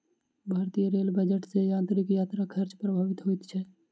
भारतीय rail budget सॅ यात्रीक यात्रा खर्च प्रभावित होइत छै